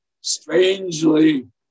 strangely